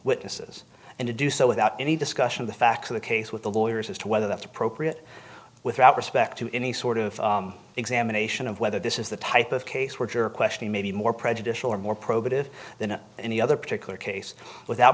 witnesses and to do so without any discussion of the facts of the case with the lawyers as to whether that's appropriate without respect to any sort of examination of whether this is the type of case what your questioning may be more prejudicial or more probative than in any other particular case without